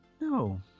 no